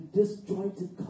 disjointed